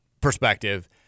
perspective